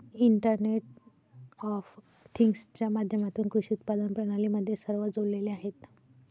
internet of थिंग्जच्या माध्यमातून कृषी उत्पादन प्रणाली मध्ये सर्व जोडलेले आहेत